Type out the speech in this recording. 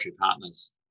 partners